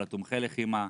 על תומכי לחימה.